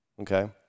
okay